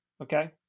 okay